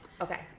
Okay